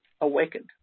awakened